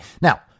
now